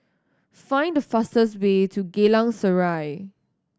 find the fastest way to Geylang Serai